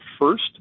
first